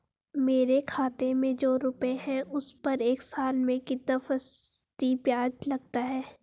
मेरे खाते में जो रुपये हैं उस पर एक साल में कितना फ़ीसदी ब्याज लगता है?